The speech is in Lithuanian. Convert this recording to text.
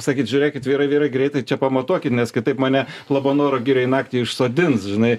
sakyt žiūrėkit vyrai vyrai greitai čia pamatuokit nes kitaip mane labanoro girioj naktį išsodins žinai